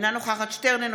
אינה נוכחת אלעזר שטרן,